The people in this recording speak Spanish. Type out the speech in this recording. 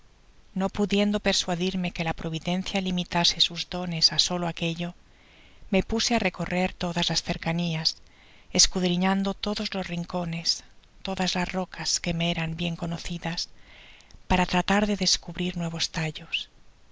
no pudiendo persuadirme que la providencia limitase sus dones á solo aquello me puse á recorrer todas las cercanias escudriñando lodos los rincones todas las rocas que me eran bien conocidas para tratar de descubrir nuevos tallos